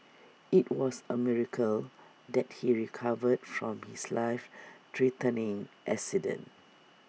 IT was A miracle that he recovered from his life threatening accident